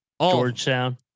Georgetown